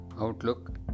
outlook